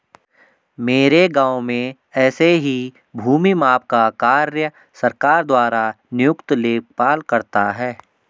मेरे गांव में ऐसे ही भूमि माप का कार्य सरकार द्वारा नियुक्त लेखपाल करता है